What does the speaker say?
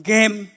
Game